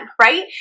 right